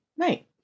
Right